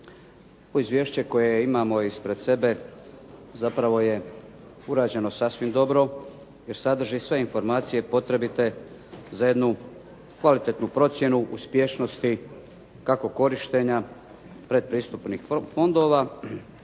To izvješće koje imamo ispred sebe zapravo je urađeno sasvim dobro, jer sadrži sve informacije potrebite za jednu kvalitetnu procjenu uspješnosti kako korištenja predpristupnih fondova